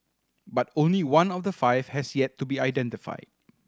but only one of the five has yet to be identified